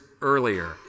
earlier